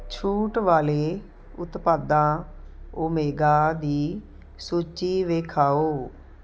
ਛੂਟ ਵਾਲੇ ਉਤਪਾਦਾਂ ਓਮੇਗਾ ਦੀ ਸੂਚੀ ਦਿਖਾਉ